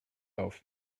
auf